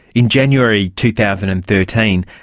in january two thousand and thirteen,